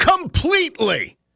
Completely